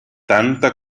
tanta